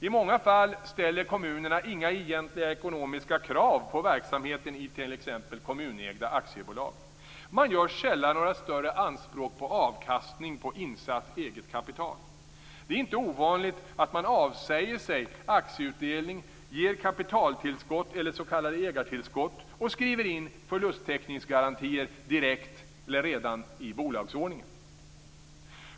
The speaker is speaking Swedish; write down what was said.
I många fall ställer kommunerna inga egentliga ekonomiska krav på verksamheten i t.ex. kommunägda aktiebolag. Man gör sällan några större anspråk på avkastning på insatt eget kapital. Det är inte ovanligt att man avsäger sig aktieutdelning, ger kapitaltillskott eller s.k. ägartillskott och skriver in förlusttäckningsgarantier redan i bolagsordningen.